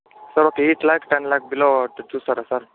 sir ఒక eight lakhs ten lakhs below అట్టా చూస్తారా సార్